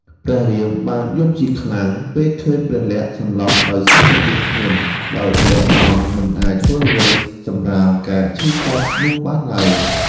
ព្រះរាមបានយំជាខ្លាំង ពេលឃើញព្រះលក្សណ៍សន្លប់ដោយរបួសធ្ងន់ ដោយព្រះអង្គមិនអាចធ្វើអ្វីសម្រាលការឈឺចាប់នោះបានឡើយ។